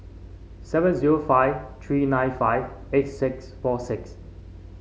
seven zero five three nine five eight six four six